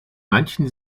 manchen